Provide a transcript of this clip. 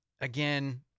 again